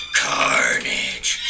carnage